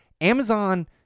Amazon